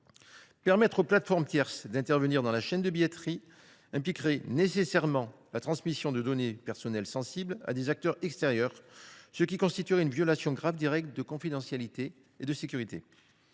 Permettre aux plateformes tierces d’intervenir dans la chaîne de billetterie impliquerait nécessairement la transmission de données personnelles sensibles à des acteurs extérieurs, ce qui constituerait une violation grave des règles de confidentialité et de sécurité.